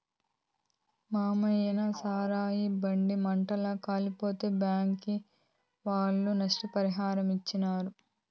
మాయన్న సారాయి బండి మంటల్ల కాలిపోతే బ్యాంకీ ఒళ్ళు నష్టపరిహారమిచ్చారు